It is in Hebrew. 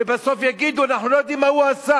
ובסוף יגידו: אנחנו לא יודעים מה הוא עשה,